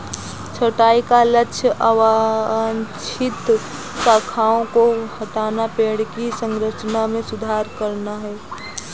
छंटाई का लक्ष्य अवांछित शाखाओं को हटाना, पेड़ की संरचना में सुधार करना है